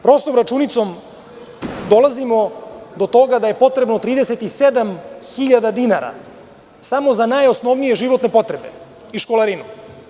Prostom računicom dolazimo do toga da je potrebno 37.000 dinara samo za najosnovnije životne potrebe i školarinu.